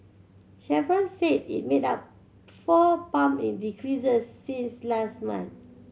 Chevron said it made four pump decreases since last month